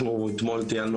אנחנו אתמול טיילנו,